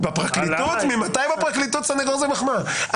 ממתי בפרקליטות סנגור זו מחמאה?